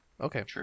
Okay